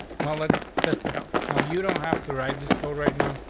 well, let's test it out. no, you don't have to write this code right now.